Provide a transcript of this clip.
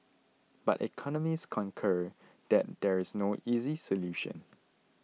but economists concur that there is no easy solution